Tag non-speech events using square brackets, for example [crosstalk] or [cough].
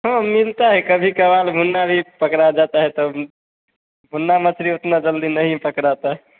हाँ मिलता है कभी कभार [unintelligible] भी पकड़ा जाता है तब मुन्ना मछली इतना जल्दी नहीं पकड़ाता है